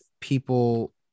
people